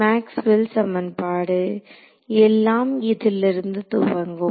Maxwell சமன்பாடு Maxwell's equation எல்லாம் இதில் இருந்து துவங்கும்